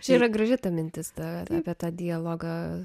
čia yra graži ta mintis ta apie tą dialogą